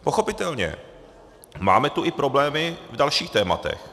Pochopitelně máme tu i problémy v dalších tématech.